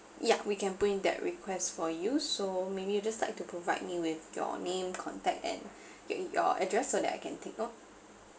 yeah we can put in that request for you so maybe you'll just like to provide me with your name contact and your em~ your address so that I can take note